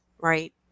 right